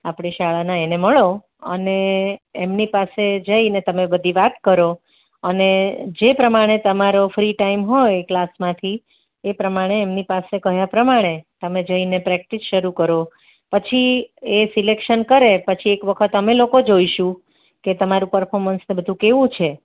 આપણી શાળાના એને મળો અને એમની પાસે જઈને તમે બધી વાત કરો અને જે પ્રમાણે તમારો ફ્રી ટાઈમ હોય ક્લાસમાંથી એ પ્રમાણે એમની પાસે કહ્યા પ્રમાણે તમે જઈને પ્રેક્ટિસ શરૂ કરો પછી એ સિલેક્સન કરે પછી એક વખત અમે લોકો જોઈશું કે તમારું પરફોર્મન્સ ને બધું કેવું છે